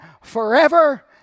forever